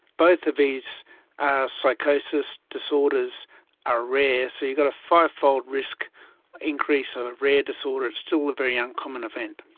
both of these psychosis disorders are rare, so you've got a fivefold risk increase of a rare disorder, it's still a very uncommon event.